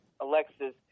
Alexis